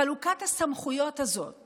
חלוקת הסמכויות הזאת